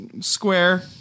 square